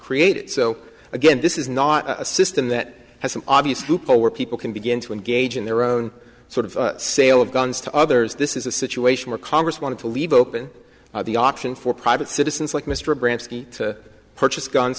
created so again this is not a system that has an obvious loophole where people can begin to engage in their own sort of sale of guns to others this is a situation where congress wanted to leave open the option for private citizens like mr branscum to purchase guns